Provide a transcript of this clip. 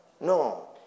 No